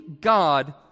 God